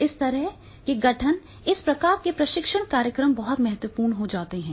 इस तरह के गठन इस प्रकार के प्रशिक्षण कार्यक्रम बहुत महत्वपूर्ण हो जाते हैं